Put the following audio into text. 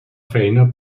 faena